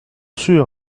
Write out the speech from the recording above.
sûr